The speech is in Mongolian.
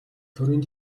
төрийн